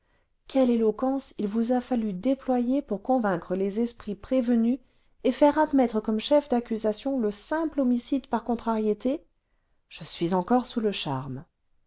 quelle éloquence il vous a fallu déployer pour convaincre les esprits prévenus et faire admettre comme chef d'accusation le simple homicide par contrariété je suis encore sous le charme